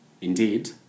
Indeed